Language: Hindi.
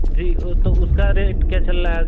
जी वह तो उसका रेट क्या चल रहा है